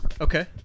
Okay